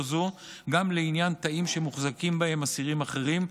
זו גם לעניין תאים שמוחזקים בהם אסירים אחרים,